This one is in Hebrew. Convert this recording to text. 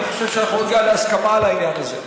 אני חושב שנגיע להסכמה על העניין הזה: